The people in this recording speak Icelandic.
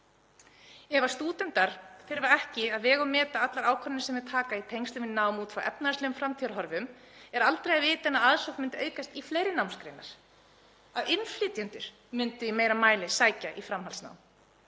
Ef stúdentar þurfa ekki að vega og meta allar ákvarðanir sem þeir taka í tengslum við nám út frá efnahagslegum framtíðarhorfum er aldrei að vita nema aðsókn myndi aukast í fleiri námsgreinar, að innflytjendur myndu í meira mæli sækja í framhaldsnám,